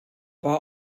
war